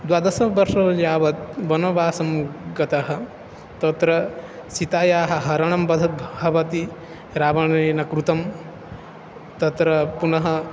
द्वादश वर्षाणि यावत् वनवासं गतः तत्र सितायाः हरणं बध भवति रावणेन कृतं तत्र पुनः